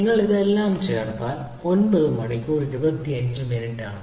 നിങ്ങൾ ചേർത്താൽ 9 മണിക്കൂർ 25 മിനിറ്റാണ്